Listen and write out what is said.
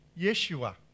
Yeshua